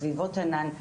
סביבות ענן,